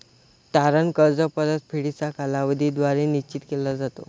तारण कर्ज परतफेडीचा कालावधी द्वारे निश्चित केला जातो